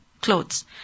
clothes